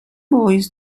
boys